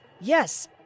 Yes